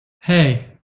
hey